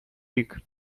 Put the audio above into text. рік